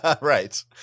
Right